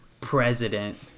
president